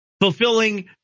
fulfilling